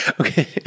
Okay